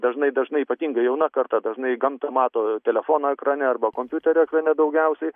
dažnai dažnai ypatingai jauna karta dažnai gamtą mato telefono ekrane arba kompiuterio ekrane daugiausiai